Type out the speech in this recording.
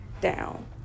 down